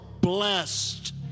blessed